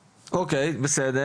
אוקיי, בסדר